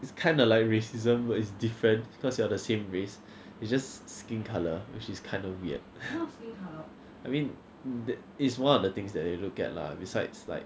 it's kinda like racism is different because you are the same race it's just skin colour which is kind of weird I mean that is one of the things that they look at lah besides like